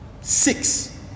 Six